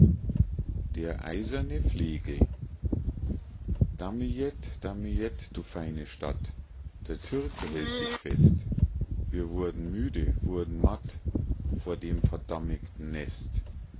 der eiserne flegel damiett damiett du feine stadt der türke hält dich fest wir wurden müde wurden matt vor dem verdammtigen nest